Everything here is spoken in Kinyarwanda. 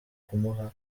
kumuha